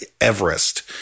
Everest